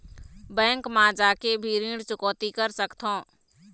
Bank मा जाके भी ऋण चुकौती कर सकथों?